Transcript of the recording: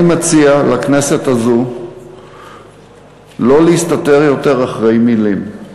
אני מציע לכנסת הזאת לא להסתתר יותר מאחורי מילים.